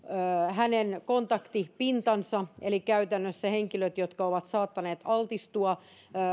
hänen kontaktipintansa eli käytännössä henkilöt jotka ovat saattaneet altistua